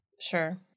Sure